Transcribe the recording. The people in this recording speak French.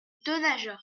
denaja